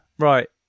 Right